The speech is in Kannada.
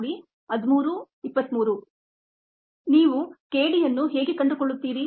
ನೀವು k d ಯನ್ನು ಹೇಗೆ ಕಂಡುಕೊಳ್ಳುತ್ತೀರಿ